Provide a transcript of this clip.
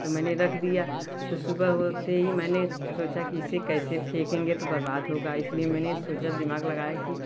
तो मैंने रख दिया तो सुबह होते ही मैंने सोचा कि इसे कैसे फेंकेंगे ये तो बर्बाद होगा इस लिए मैंने सोचा दिमाग़ लगाया कि